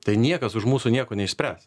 tai niekas už mūsų nieko neišspręs